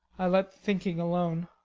i let thinking alone.